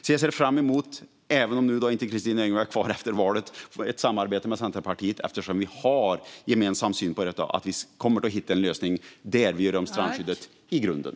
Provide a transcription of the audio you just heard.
Jag ser alltså fram emot, även om Kristina Yngwe inte är kvar efter valet, ett samarbete med Centerpartiet eftersom vi har en gemensam syn på detta och att vi kommer att hitta en lösning där vi gör om strandskyddet i grunden.